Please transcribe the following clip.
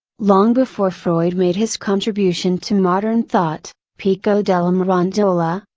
long before freud made his contribution to modern thought, pico della mirandola,